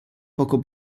poco